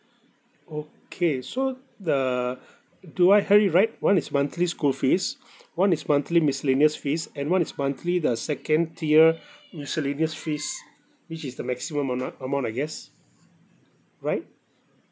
okay so uh do I heard it right one is monthly school fees one is monthly miscellaneous fees and one is monthly the second tier miscellaneous fees which is the maximum amount amount I guess right